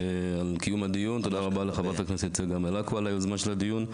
תודה לחברת הכנסת מלקו יוזמת הדיון.